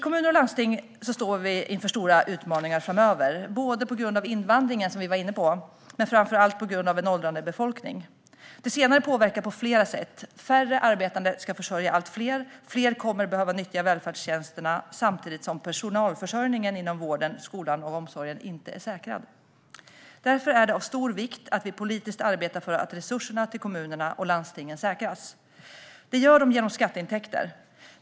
Kommuner och landsting står inför stora utmaningar framöver, på grund av invandringen som vi var inne på men framför allt på grund av en åldrande befolkning. Det senare påverkar på flera sätt: Färre arbetande ska försörja allt fler, och fler kommer att behöva nyttja välfärdstjänsterna samtidigt som personalförsörjningen inom vården, skolan och omsorgen inte är säkrad. Därför är det av stor vikt att vi politiskt arbetar för att resurserna till kommunerna och landstingen säkras. Det gör de genom skatteintäkter.